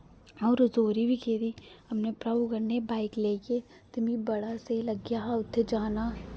अ'ऊं रजोरी बी गेदी अपने भ्राऊ कन्नै बाइक लेइयै ते मिं बड़ा स्हेई लग्गेआ हा उत्थै जाना